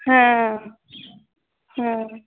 ᱦᱮᱸ ᱦᱮᱸᱻ